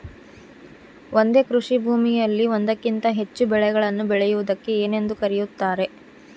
ಒಂದೇ ಕೃಷಿಭೂಮಿಯಲ್ಲಿ ಒಂದಕ್ಕಿಂತ ಹೆಚ್ಚು ಬೆಳೆಗಳನ್ನು ಬೆಳೆಯುವುದಕ್ಕೆ ಏನೆಂದು ಕರೆಯುತ್ತಾರೆ?